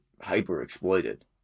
hyper-exploited